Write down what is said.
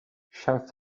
south